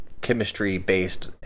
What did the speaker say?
chemistry-based